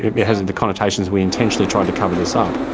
it has the connotations we intentionally tried to cover this up,